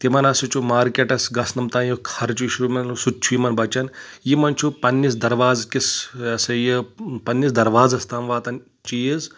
تِمن ہسا چھُ مارکیٹس گژھنس تام یہِ خرچہٕ چھُ سُہ تہِ چھُ یِمَن بَچَن یِمَن چھُ پنٕنِس درواز کِس یہِ ہَسا یہِ پنٕنِس دروازَس تام واتان چیٖز